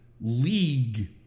league